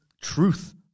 truth